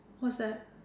what's that